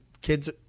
kids